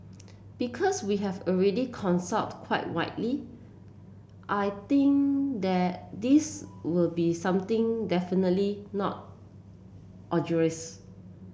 because we have already consulted quite widely I think that this will be something definitely not